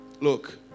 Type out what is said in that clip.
Look